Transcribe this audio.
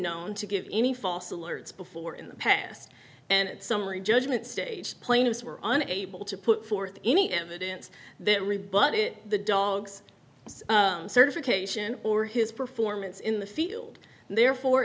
known to give any false alerts before in the past and summary judgment stage plaintiffs were unable to put forth any evidence that rebut it the dog's certification or his performance in the field and therefore